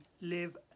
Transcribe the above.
live